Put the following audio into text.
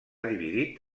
dividit